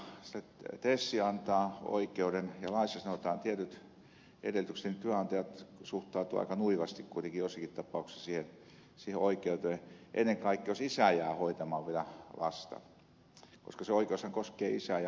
vaikka se tes antaa oikeuden ja laissa sanotaan tietyt edellytykset niin työnantajat suhtautuvat aika nuivasti kuitenkin joissakin tapauksissa siihen oikeuteen ennen kaikkea jos vielä isä jää hoitamaan lasta koska se oikeushan koskee isää ja äitiä